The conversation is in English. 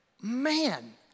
man